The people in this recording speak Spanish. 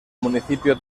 municipio